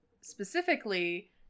specifically